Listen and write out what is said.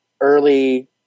early